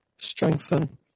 Strengthen